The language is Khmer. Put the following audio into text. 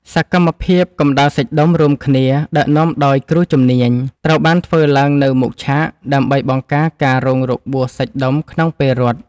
សកម្មភាពកម្ដៅសាច់ដុំរួមគ្នាដឹកនាំដោយគ្រូជំនាញ ត្រូវបានធ្វើឡើងនៅមុខឆាក ដើម្បីបង្ការការរងរបួសសាច់ដុំក្នុងពេលរត់។